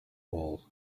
all